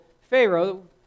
Pharaoh